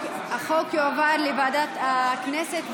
החוק יועבר לוועדת הכנסת,